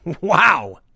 Wow